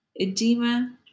edema